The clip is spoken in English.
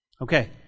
Okay